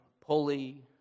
pulley